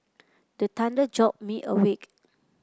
the thunder jolt me awake